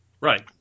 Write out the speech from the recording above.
Right